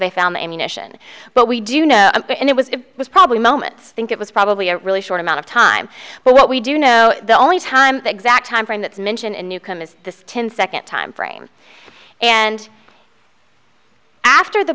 they found the ammunition but we do know and it was it was probably moments think it was probably a really short amount of time but what we do know the only time the exact time frame that's mention in newcomb is the ten second time frame and after the